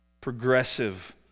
Progressive